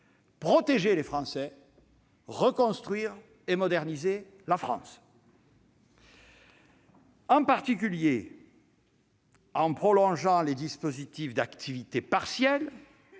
protéger les Français, reconstruire et moderniser la France. En particulier, en prolongeant les dispositifs d'activité partielle,